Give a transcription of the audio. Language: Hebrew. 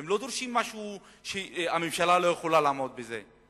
הם לא דורשים משהו שהממשלה לא יכולה לעמוד בזה.